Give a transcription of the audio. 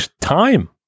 Time